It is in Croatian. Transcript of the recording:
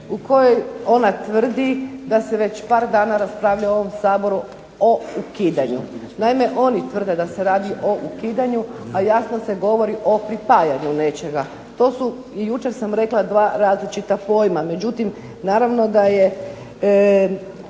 u kojoj ona tvrdi da se već par dana raspravlja u ovom Saboru o ukidanju. Naime, oni tvrde da se radi o ukidanju, a jasno se govori o pripajanju nečega. To su i jučer sam rekla dva različita pojma. Međutim, naravno da je